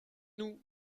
nous